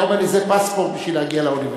היה אומר לי: זה פספורט בשביל להגיע לאוניברסיטה.